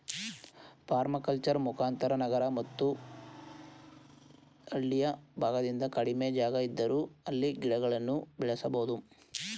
permaculture ಮುಖಾಂತರ ನಗರ ಮತ್ತು ಹಳ್ಳಿಯ ಭಾಗದಲ್ಲಿ ಕಡಿಮೆ ಜಾಗ ಇದ್ದರೂ ಅಲ್ಲಿ ಗಿಡಗಳನ್ನು ಬೆಳೆಸಬೋದು